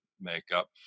makeup